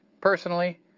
Personally